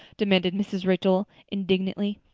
demanded mrs. rachel indignantly.